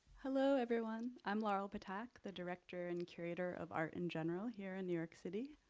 hello everyone, i'm laurel but ptak, the director and curator of art in general here in new york city.